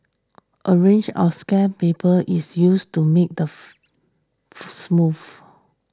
a range of sandpaper is used to make the foo foo smooth